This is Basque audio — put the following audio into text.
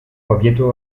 objektu